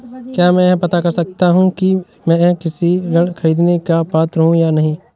क्या मैं यह पता कर सकता हूँ कि मैं कृषि ऋण ख़रीदने का पात्र हूँ या नहीं?